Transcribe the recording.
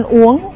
uống